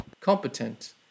competent